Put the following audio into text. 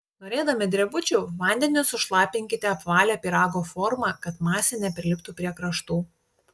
norėdami drebučių vandeniu sušlapinkite apvalią pyrago formą kad masė nepriliptų prie kraštų